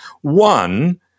One